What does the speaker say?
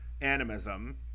animism